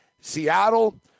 Seattle